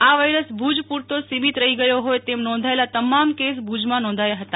આ વાયરસ ભુજ પુરતો જ સીમિત રહી ગયો હોય તેમ નોંધાયેલા તમામ કેસ ભુજમાં નોંધાયા છે